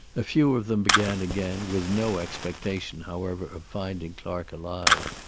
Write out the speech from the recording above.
a few of them began again, with no expectation, however, of finding clark alive.